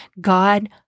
God